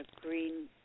green